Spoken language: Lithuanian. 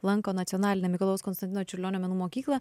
lanko nacionalinę mikalojaus konstantino čiurlionio menų mokyklą